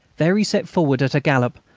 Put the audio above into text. there he set forward at a gallop,